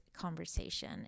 conversation